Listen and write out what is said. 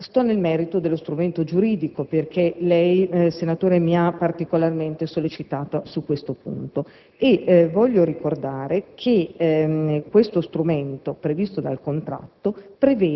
Resto nel merito dello strumento giuridico, perché lei, senatore Quagliariello, mi ha particolarmente sollecitata questo punto. Voglio ricordare che questo strumento, previsto dal contratto,